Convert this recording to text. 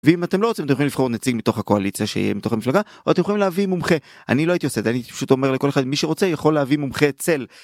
ואם אתם לא רוצים לבחור נציג מתוך הקוליציה שהיא מתוך המפלגה או אתם יכולים להביא מומחה אני לא הייתי עושה את זה אני פשוט אומר לכל אחד מי שרוצה יכול להביא מומחה צל.